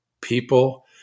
people